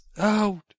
out